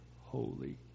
holy